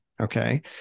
Okay